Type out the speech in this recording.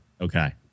okay